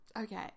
Okay